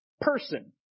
person